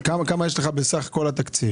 כמה יש לך בסך כל התקציב?